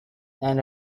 and